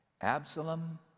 Absalom